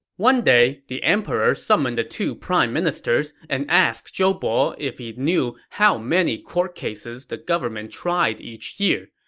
one day, the emperor summoned the two prime ministers and asked zhou bo if he knew how many court cases the government tried each year.